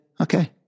okay